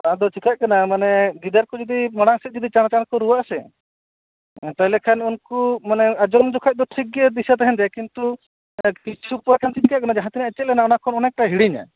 ᱟᱫᱚ ᱪᱮᱠᱟᱜ ᱠᱟᱱᱟ ᱢᱟᱱᱮ ᱜᱤᱫᱟᱹᱨ ᱠᱚ ᱡᱩᱫᱤ ᱢᱟᱲᱟᱝ ᱥᱮᱫ ᱪᱟᱲ ᱪᱟᱲ ᱠᱚ ᱨᱩᱣᱟᱹᱜ ᱟᱥᱮ ᱛᱟᱦᱚᱞᱮ ᱠᱷᱟᱱ ᱩᱱᱠᱩ ᱢᱟᱱᱮ ᱟᱡᱚᱢ ᱡᱚᱠᱷᱟᱱ ᱫᱚ ᱴᱷᱤᱠ ᱜᱮ ᱫᱤᱥᱟᱹ ᱛᱟᱦᱮᱱ ᱛᱟᱭᱟ ᱠᱤᱱᱛᱩ ᱠᱤᱪᱷᱩ ᱯᱚᱨᱮ ᱛᱮ ᱪᱤᱠᱟᱹᱜ ᱠᱟᱱᱟ ᱡᱟᱦᱟᱸ ᱛᱤᱱᱟᱹᱜ ᱮ ᱪᱮᱫ ᱞᱮᱱᱟ ᱚᱱᱟ ᱠᱚᱦᱚᱸ ᱚᱱᱮᱠ ᱴᱟᱭ ᱦᱤᱲᱤᱧᱟ